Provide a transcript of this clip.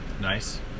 Nice